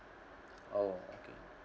oh okay